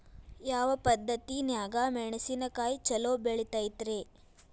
ಯಾವ ಪದ್ಧತಿನ್ಯಾಗ ಮೆಣಿಸಿನಕಾಯಿ ಛಲೋ ಬೆಳಿತೈತ್ರೇ?